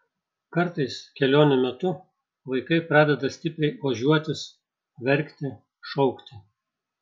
kartais kelionių metu vaikai pradeda stipriai ožiuotis verkti šaukti